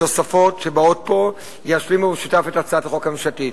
שתוספות שבאות פה ישלימו במשותף את הצעת החוק הממשלתית.